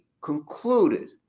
concluded